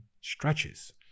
stretches